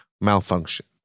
malfunction